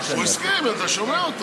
הוא הסכים, אתה שומע.